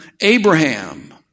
Abraham